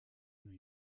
new